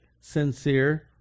sincere